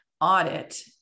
audit